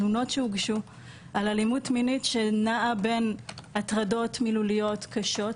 תלונות שהוגשו על אלימות מינית שנעה בין הטרדות מילוליות קשות,